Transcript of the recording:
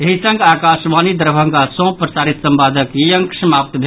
एहि संग आकाशवाणी दरभंगा सँ प्रसारित संवादक ई अंक समाप्त भेल